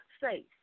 safe